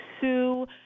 sue